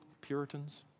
Puritans